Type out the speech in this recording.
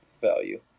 value